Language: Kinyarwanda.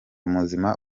muzima